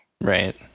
right